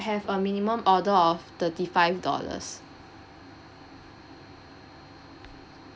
have a minimum order of thirty five dollars